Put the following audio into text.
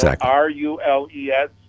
R-U-L-E-S